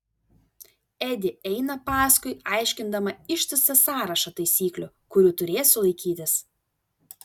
edi eina paskui aiškindama ištisą sąrašą taisyklių kurių turėsiu laikytis